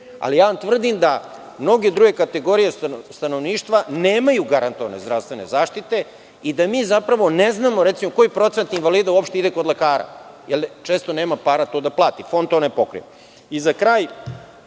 ali ja vam tvrdim da mnoge druge kategorije stanovništva nemaju garantovane zdravstvene zaštite i da mi ne znamo koji procenat invalida uopšte ide kod lekara, jer često nema para to da plati, Fond to ne pokriva.Za